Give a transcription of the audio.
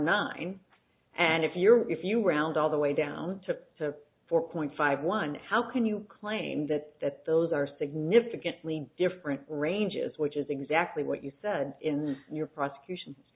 nine and if you're if you round all the way down to four point five one how can you claim that that those are significantly different ranges which is exactly what you said in your prosecutions